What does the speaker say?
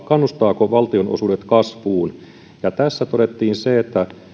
kannustaako valtionosuudet kasvuun ja tässä todettiin se että